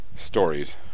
stories